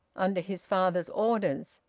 under his father's orders.